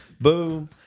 boom